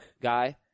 guy